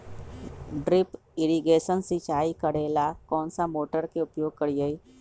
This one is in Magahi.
ड्रिप इरीगेशन सिंचाई करेला कौन सा मोटर के उपयोग करियई?